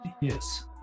Yes